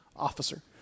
Officer